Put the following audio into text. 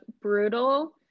brutal